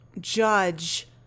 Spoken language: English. judge